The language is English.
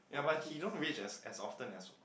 ya but he don't rich as as often as